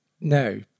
No